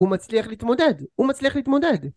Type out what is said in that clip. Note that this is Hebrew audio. הוא מצליח להתמודד! הוא מצליח להתמודד!